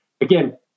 again